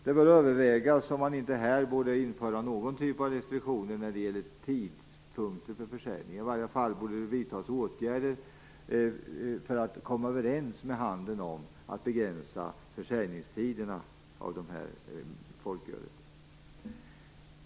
Det bör övervägas om man inte här borde införa någon typ av restriktioner när det gäller tidpunkten för försäljning. I varje fall borde det vidtas åtgärder för att komma överens med handeln om att begränsa försäljningstiderna för folkölet.